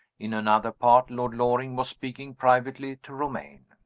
in another part, lord loring was speaking privately to romayne.